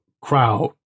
crowd